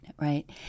right